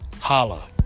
Holla